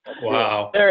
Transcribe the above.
Wow